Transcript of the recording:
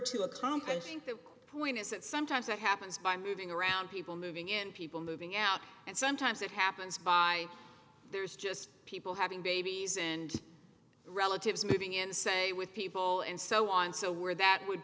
to accomplish think that point is that sometimes that happens by moving around people moving in people moving out and sometimes it happens by there's just people having babies and relatives moving in say with people and so on so where that would